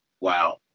Wow